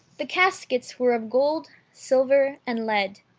the caskets were of gold, silver, and lead.